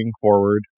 forward